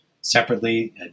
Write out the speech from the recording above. separately